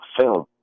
film